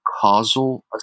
causal